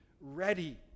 ready